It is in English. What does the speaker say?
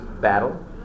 battle